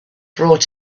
brought